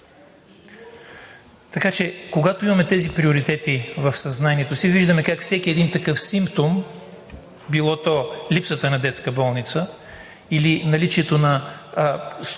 Така че, когато имаме тези приоритети в съзнанието си, виждаме как всеки един такъв симптом – било то липсата на детска болница, или наличието на